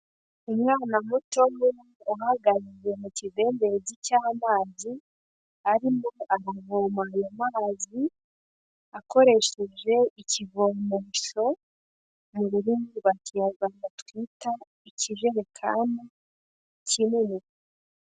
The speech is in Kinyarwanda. Umwna mutoya uhagaze mu kidendezi cy'amazi arimo aramavoma ayo mazi akoresheje ikivomesho mu rurimi rwa kinyarwanda twita ikijerekani kinini.